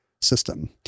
system